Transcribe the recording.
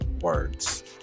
words